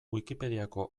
wikipediako